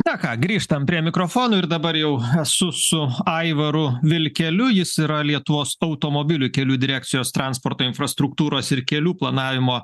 na ką grįžtam prie mikrofonų ir dabar jau esu su aivaru vilkeliu jis yra lietuvos automobilių kelių direkcijos transporto infrastruktūros ir kelių planavimo